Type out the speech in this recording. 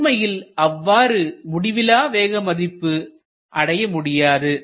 ஆனால் உண்மையில் அவ்வாறு முடிவிலா வேக மதிப்பு அடைய முடியாது